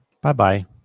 Bye-bye